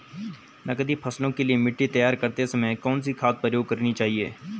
नकदी फसलों के लिए मिट्टी तैयार करते समय कौन सी खाद प्रयोग करनी चाहिए?